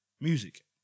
music